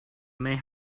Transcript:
may